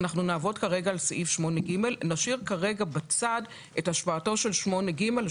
אנחנו נעבוד כרגע על סעיף 8ג ונשאיר כרגע בצד את השפעתו של 8ג על